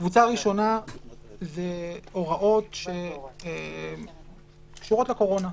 הקבוצה הראשונה זה הוראות שקשורות לקורונה.